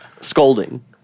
scolding